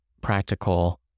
practical